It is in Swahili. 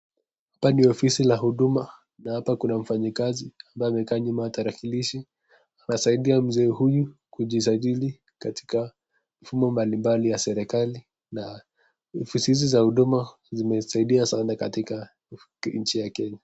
Hapa ni ofisi la huduma, na hapa kuna mfanyakazi ambaye amekaa nyuma ya tarakilishi ,anasaidia mzee huyu kujisajili katika mfumo mbali mbali ya serekali na, ofisi hizi za huduma zimesaidia sana katikaa nchi ya Kenya.